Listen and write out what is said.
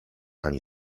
ani